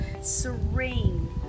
serene